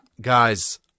guys